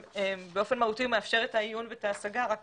באופן מהותי הוא מאפשר את העיון ואת ההשגה, רק